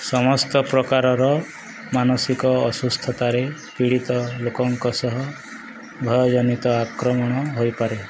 ସମସ୍ତ ପ୍ରକାରର ମାନସିକ ଅସୁସ୍ଥତାରେ ପୀଡ଼ିତ ଲୋକଙ୍କ ସହ ଭୟଜନିତ ଆକ୍ରମଣ ହେଇପାରେ